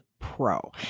pro